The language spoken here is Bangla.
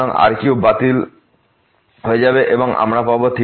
সুতরাং r cube বাতিল হয়ে যাবে এবং আমরা পাব